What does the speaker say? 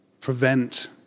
prevent